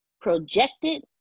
projected